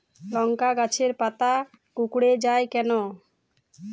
লংকা গাছের পাতা কুকড়ে যায় কেনো?